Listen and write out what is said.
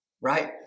right